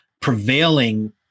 prevailing